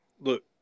look